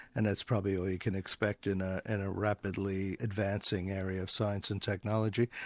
and that's probably all you can expect in a and rapidly advancing area of science and technology.